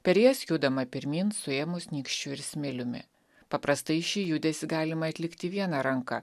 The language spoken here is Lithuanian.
per jas judama pirmyn suėmus nykščiu ir smiliumi paprastai šį judesį galima atlikti viena ranka